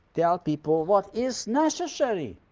tell people what is necessary,